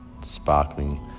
sparkling